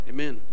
Amen